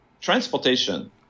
transportation